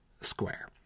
square